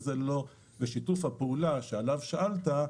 שיתוף הפעולה שעליו שאלת,